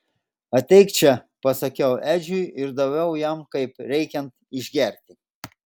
ateik čia pasakiau edžiui ir daviau jam kaip reikiant išgerti